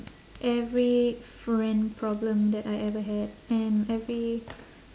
every friend problem that I ever had and every